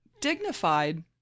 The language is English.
Dignified